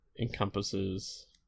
encompasses